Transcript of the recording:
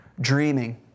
dreaming